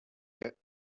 get